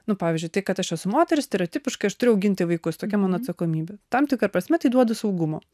nu pavyzdžiui tai kad aš esu moteris stereotipiškai aš turiu auginti vaikus tokia mano atsakomybė tam tikra prasme tai duoda saugumo